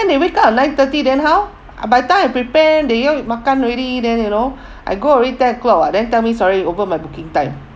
then they wake up at nine thirty then how ah by time I prepare they even makan already then you know I go already ten o'clock lah then tell me sorry over my booking time